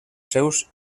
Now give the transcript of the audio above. seus